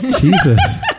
Jesus